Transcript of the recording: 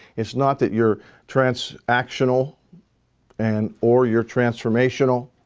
it's not that you're transactional and or you're transformational,